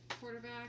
Quarterback